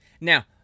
now